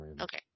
Okay